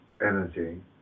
energy